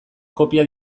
kopia